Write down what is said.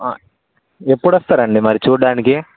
ఎప్పుడొస్తారండి మరి చూడ్డానికి